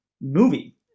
movie